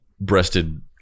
breasted